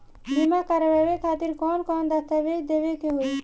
बीमा करवाए खातिर कौन कौन दस्तावेज़ देवे के होई?